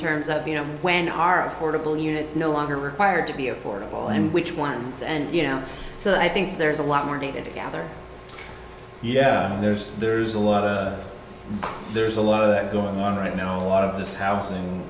terms of you know when are affordable units no longer required to be affordable and which ones and you know so i think there's a lot more data to gather yeah there's there's a lot of there's a lot of that going on right now a lot of this hous